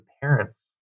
parents